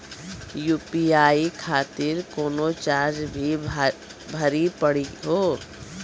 UPI खातिर कोनो charge भी भरी पड़ी हो?